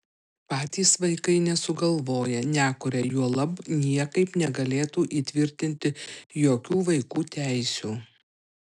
patys vaikai nesugalvoja nekuria juolab niekaip negalėtų įtvirtinti jokių vaikų teisių